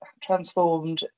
transformed